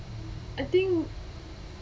I think